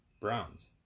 Browns